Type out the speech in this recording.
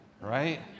right